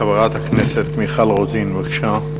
חברת הכנסת מיכל רוזין, בבקשה.